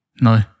No